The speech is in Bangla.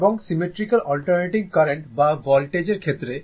এবং সিমেট্রিক্যাল অল্টারনেটিং কারেন্ট বা ভোল্টেজের ক্ষেত্রে